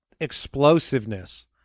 explosiveness